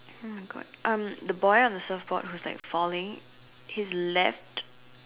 !oh-my-god! um the boy on the surfboard who's like falling his left